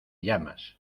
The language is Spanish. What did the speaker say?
llamas